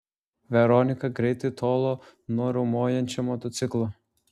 veronika greitai tolo nuo riaumojančio motociklo